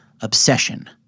obsession